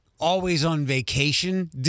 always-on-vacation